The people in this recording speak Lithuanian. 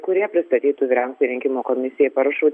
kurie pristatytų vyriausiajai rinkimų komisijai parašų